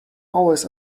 always